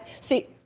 See